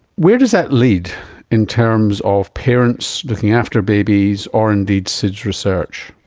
where do is that lead in terms of parents looking after babies or indeed sids research?